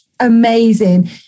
amazing